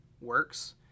works